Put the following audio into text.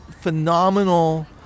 phenomenal